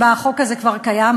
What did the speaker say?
שבה החוק הזה כבר קיים,